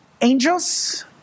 Angels